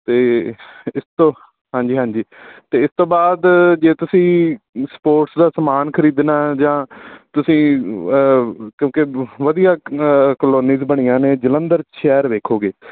ਅਤੇ ਇਸ ਤੋਂ ਹਾਂਜੀ ਹਾਂਜੀ ਅਤੇ ਇਸ ਤੋਂ ਬਾਅਦ ਜੇ ਤੁਸੀਂ ਸਪੋਰਟਸ ਦਾ ਸਮਾਨ ਖਰੀਦਣਾ ਜਾਂ ਤੁਸੀਂ ਕਿਉਂਕਿ ਵ ਵਧੀਆ ਕਲੋਨੀਜ਼ ਬਣੀਆਂ ਨੇ ਜਲੰਧਰ ਸ਼ਹਿਰ ਵੇਖੋਗੇ